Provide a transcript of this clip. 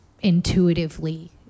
intuitively